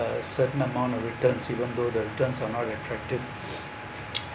a certain amount of return you don't go the return are not attractive